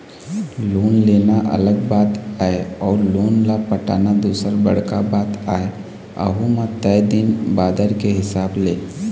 loan लेना अलग बात आय अउ लोन ल पटाना दूसर बड़का बात आय अहूँ म तय दिन बादर के हिसाब ले